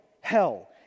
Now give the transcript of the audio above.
Hell